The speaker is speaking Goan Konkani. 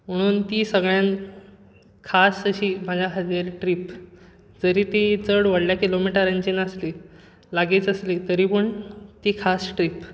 म्हुणून ती सगळ्यांत खास अशी म्हाज्या खातीर ट्रीप जरी ती चड व्हडल्या किलोमिटरांची नासली लागींच आसली तरी पूण ती खास ट्रीप